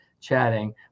chatting